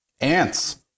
Ants